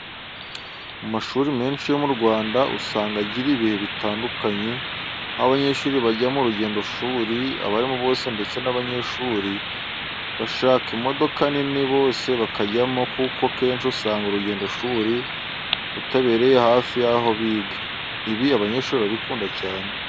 Mu mashuri menshi yo mu Rwanda usanga agira ibihe bitandukanye, aho abanyeshuri bajya mu rugendoshuri, abarimu bose ndetse n'abanyeshuri bashaka imodoka nini bose bakajyamo kuko akenshi usanga urugendoshuri rutabereye hafi yaho biga. Ibi abanyeshuri barabikunda cyane.